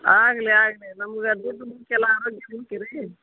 ಆಗಲಿ ಆಗಲಿ ನಮ್ಗೆ ದುಡ್ಡು ಮುಖ್ಯ ಅಲ್ಲ ಆರೋಗ್ಯ ಮುಖ್ಯ ರೀ